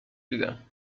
دیدم